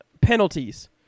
penalties